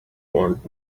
want